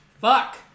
Fuck